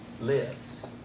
lives